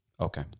okay